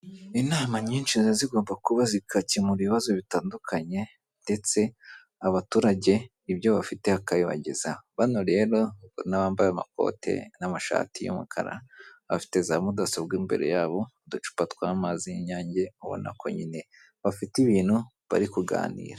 Inama nyinshi zba ziigomba kuba zigakemura ibibazo bitandukanye ndetse abaturage ibyo bafite bakabibageza. Bano rero ubona bambaye amakote n'amashati y'umukara bafite za mudasobwa imbere yabo, uducupa tw'amazi y'inyange ubona ko nyine bafite ibintu bari kuganira.